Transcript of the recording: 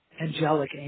angelic